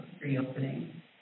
reopening